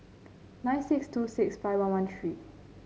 nine six two six five one one three